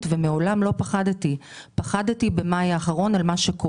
ומעולם לא פחדתי כמו במאי האחרון.